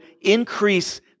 increase